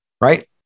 Right